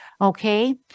Okay